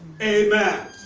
Amen